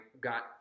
got